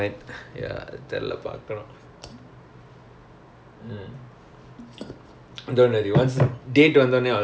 ya I'll be I'll be really interested in the poem man then like